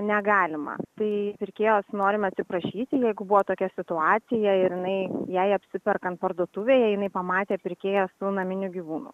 negalima tai pirkėjos norime atsiprašyti jeigu buvo tokia situacija ir jinai jai apsiperkant parduotuvėje jinai pamatė pirkėją su naminiu gyvūnu